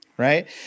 right